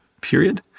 period